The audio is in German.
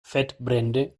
fettbrände